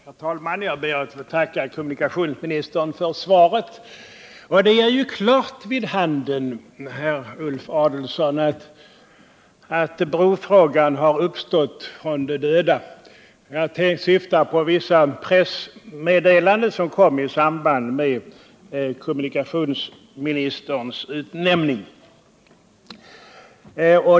Herr talman! Jag ber att få tacka kommunikationsministern för svaret på min fråga. Det ger klart vid handen, herr Ulf Adelsohn, att brofrågan har uppstått från de döda. Jag syftar på vissa meddelanden som kom i samband med kommunikationsministerns utnämning.